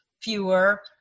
fewer